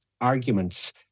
arguments